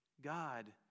God